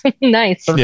Nice